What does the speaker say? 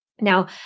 now